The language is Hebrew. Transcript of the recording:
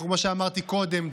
כמו שאמרתי קודם,